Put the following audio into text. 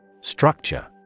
Structure